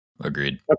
Agreed